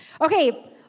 Okay